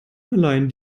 verleihen